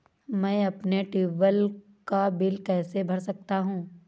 मैं अपने ट्यूबवेल का बिल कैसे भर सकता हूँ?